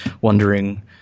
wondering